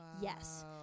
yes